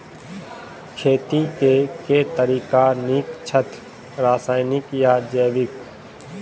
खेती केँ के तरीका नीक छथि, रासायनिक या जैविक?